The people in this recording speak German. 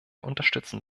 unterstützen